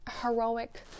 heroic